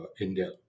India